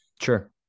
sure